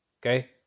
Okay